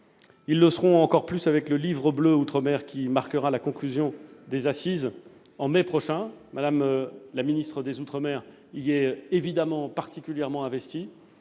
Ils le seront encore davantage avec le Livre bleu outre-mer qui marquera la conclusion des assises en mai prochain. Mme la ministre des outre-mer y est évidemment particulièrement investie.